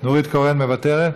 נורית קורן מוותרת.